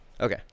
Okay